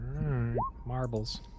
Marbles